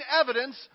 evidence